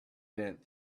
didn’t